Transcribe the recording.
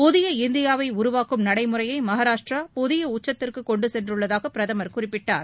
புதிய இந்தியாவை உருவாக்கும் நடைமுறையை மகாராஷ்ட்டிரா புதிய உச்சத்திற்கு கொண்டு சென்றுள்ளதாக பிரதமர் குறிப்பிட்டார்